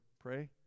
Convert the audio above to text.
pray